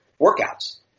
workouts